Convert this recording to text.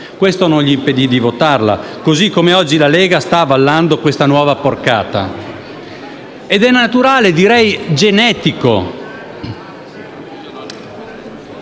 Questo non gli impedì di votarla, così come oggi la Lega sta avallando questa nuova porcata. È naturale, direi genetico: